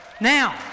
Now